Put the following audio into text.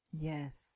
Yes